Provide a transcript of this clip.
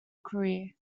career